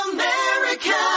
America